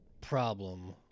problem